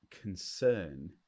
concern